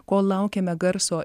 kol laukiame garso